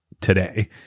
today